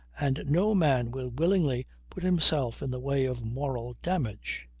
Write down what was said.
and no man will willingly put himself in the way of moral damage.